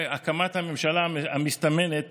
הקמת הממשלה המסתמנת